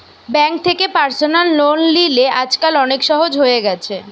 bank থেকে personal loan লিলে আজকাল অনেক সহজ হয়ে গেছে